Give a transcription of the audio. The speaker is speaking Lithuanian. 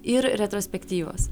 ir retrospektyvos